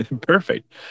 perfect